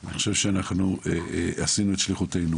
אני חושב שעשינו את שליחותנו,